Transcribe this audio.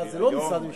זה לא משרד ממשלתי.